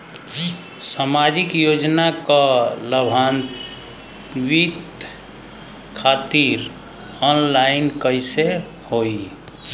सामाजिक योजना क लाभान्वित खातिर ऑनलाइन कईसे होई?